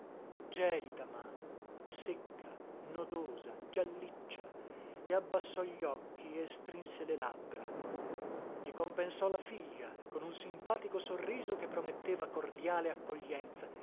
gelida mano secca nodosa gialliccia e abbassò gli occhi e strinse le labbra i compensò la figlia con un simpatico sorriso che prometteva cordiale accoglienza